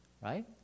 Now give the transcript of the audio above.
right